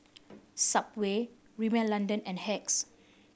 Subway Rimmel London and Hacks